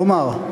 כלומר,